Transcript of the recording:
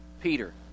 Peter